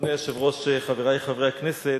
אדוני היושב-ראש, חברי חברי הכנסת,